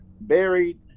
buried